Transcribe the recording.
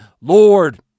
Lord